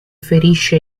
ferisce